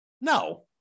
No